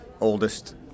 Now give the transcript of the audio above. oldest